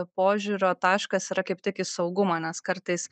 požiūrio taškas yra kaip tik į saugumą nes kartais